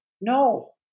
No